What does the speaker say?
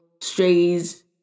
strays